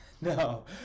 No